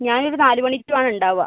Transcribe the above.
ഞാൻ ഒരു നാല് മണിക്ക് ആണ് ഉണ്ടാവുക